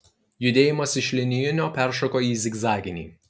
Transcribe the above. judėjimas iš linijinio peršoko į zigzaginį